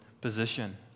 position